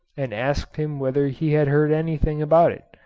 and asked him whether he had heard anything about it,